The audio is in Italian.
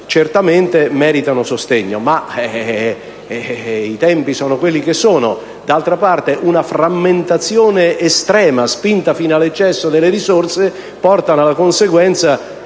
meriterebbero sostegno, ma i tempi sono quelli che sono. D'altra parte, una frammentazione estrema, spinta fino all'eccesso, delle risorse, porta come conseguenza